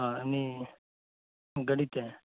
ᱦᱮᱸ ᱩᱱᱟᱹᱜ ᱜᱟᱰᱤ ᱛᱮ